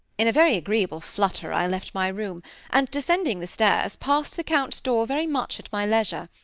in a very agreeable flutter i left my room and, descending the stairs, passed the count's door very much at my leisure.